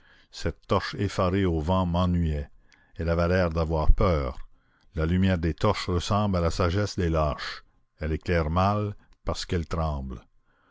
cette torche effarée au vent m'ennuyait elle avait l'air d'avoir peur la lumière des torches ressemble à la sagesse des lâches elle éclaire mal parce qu'elle tremble